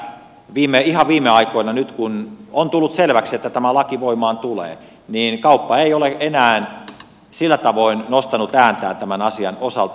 olen huomannut myöskin sen että ihan viime aikoina nyt kun on tullut selväksi että tämä laki voimaan tulee kauppa ei ole enää sillä tavoin nostanut ääntään tämän asian osalta